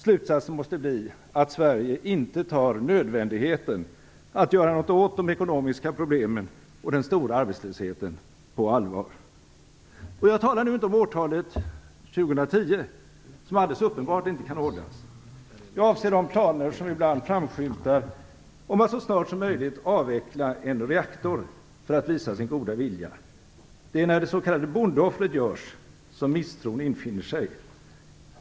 Slutsatsen måste bli att Sverige inte tar nödvändigheten att göra något åt de ekonomiska problemen och den stora arbetslösheten på allvar. Jag talar nu inte om årtalet 2010, som uppenbart inte kan hållas. Jag avser de planer som ibland framskymtar om att så snart som möjligt avveckla en reaktor för att visa sin goda vilja. Det är när det s.k. bondeoffret görs som misstron infinner sig.